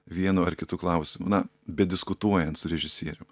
vienu ar kitu klausimu na bediskutuojant su režisierium